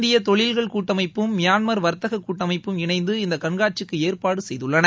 இந்திய தொழில்கள் கூட்டமைப்பும் மியான்மர் வர்த்தக கூட்டமைப்பும் இணைந்து இந்த கண்காட்சிக்கு ஏற்பாடு செய்துள்ளன